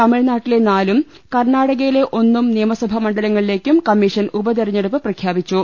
തമിഴ്നാട്ടിലെ നാലും കർണാടകയിലെ ഒന്നും നിയമസഭാ മണ്ഡലങ്ങളിലേക്കും കമ്മീഷൻ ഉപതെരഞ്ഞെ ടുപ്പ് പ്രഖ്യാപിച്ചു